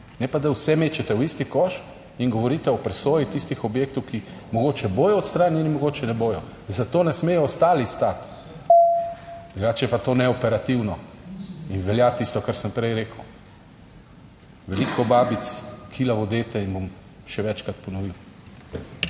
ne pa da vse mečete v isti koš in govorite o presoji tistih objektov, ki mogoče bodo odstranjeni, mogoče ne bodo, zato ne smejo ostali stati. Drugače je pa to neoperativno in velja tisto, kar sem prej rekel: veliko babic, kilavo dete in bom še večkrat ponovim.